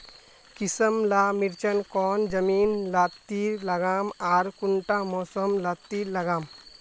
किसम ला मिर्चन कौन जमीन लात्तिर लगाम आर कुंटा मौसम लात्तिर लगाम?